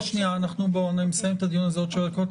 אני מסיים את הדיון הזה עוד שבע דקות,